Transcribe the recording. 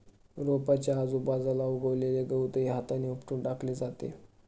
रोपाच्या आजूबाजूला उगवलेले गवतही हाताने उपटून टाकले जाते